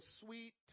sweet